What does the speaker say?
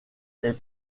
est